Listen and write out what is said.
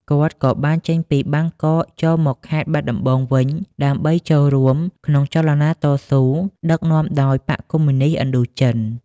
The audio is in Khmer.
គាត់ក៏បានចេញពីបាងកក ចូលមកខេត្តបាត់ដំបងវិញ ដើម្បីចូលរួមក្នុងចលនាតស៊ូ ដឹកនាំដោយបក្សកុម្មុយនិស្តឥណ្ឌូចិន។